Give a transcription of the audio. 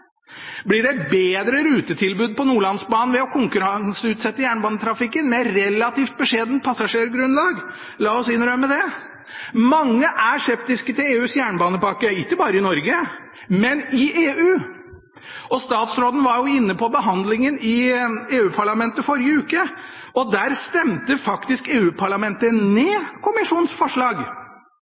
Blir det et bedre rutetilbud på Nordlandsbanen – som har et relativt beskjedent passasjergrunnlag, la oss innrømme det – ved å konkurranseutsette jernbanetrafikken? Mange er skeptiske til EUs jernbanepakke – ikke bare i Norge, men i EU. Statsråden var jo inne på behandlingen i EU-parlamentet i forrige uke, og der stemte faktisk EU-parlamentet ned kommisjonens forslag.